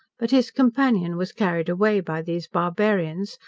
but his companion was carried away by these barbarians,